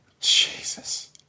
Jesus